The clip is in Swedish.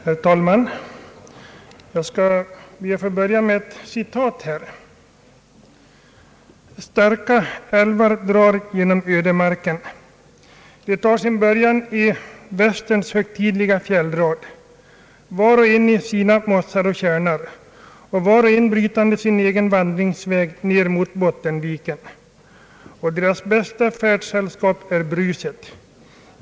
Herr talman! Jag skall be att få börja med ett citat: »Starka älvar drar genom ödemarken. De tar sin början i västerns högtidliga fjällrad, var och en i sina mossar och tjärnar, och var och en brytande sin egen vandringsväg ner mot Bottenviken. Och deras bästa färdsällskap är bruset.